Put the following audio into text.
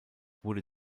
wurde